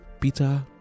Peter